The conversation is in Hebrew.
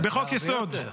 זה הרבה יותר.